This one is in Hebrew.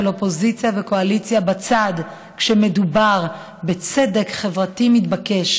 אופוזיציה וקואליציה בצד כשמדובר בצדק חברתי מתבקש,